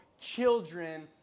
children